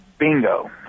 Bingo